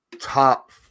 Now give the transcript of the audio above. top